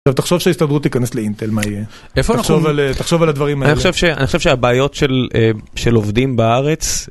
עכשיו תחשוב שההסתדרות תיכנס לאינטל, מה יהיה? תחשוב על הדברים האלה. אני חושב שהבעיות של עובדים בארץ...